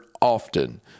often